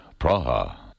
Praha